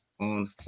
on